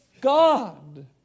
God